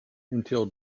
until